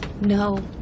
no